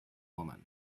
woman